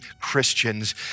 Christians